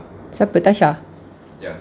siapa tasha